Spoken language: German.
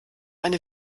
eine